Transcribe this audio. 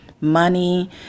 money